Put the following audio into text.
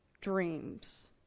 dreams